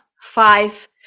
five